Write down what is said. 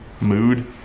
mood